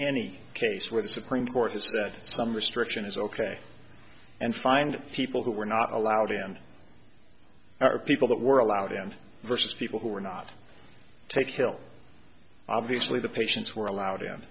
any case where the supreme court has said some restriction is ok and find people who were not allowed in or people that were allowed in versus people who were not take hill obviously the patients were allowed